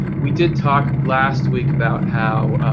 we did talk last week about how